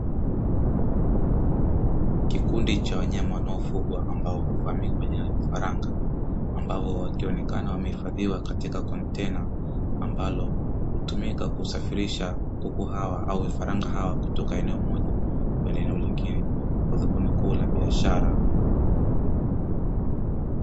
Kikundi cha wanyama wanaofugwa ambao hufahamika kwa jina vifaranga, ambao wakionekana wamehifadhiwa katika kontena ambalo hutumika kusafirisha kuku hawa au vifaranga hawa kutoka eneo moja kwenda eneo jingine kwa dhumuni kuu la biashara.